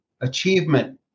achievement